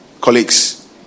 colleagues